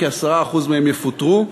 כ-10% מהם יפוטרו,